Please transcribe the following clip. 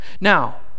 Now